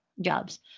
jobs